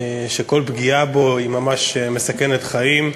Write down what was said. שכל פגיעה בו היא ממש מסכנת חיים.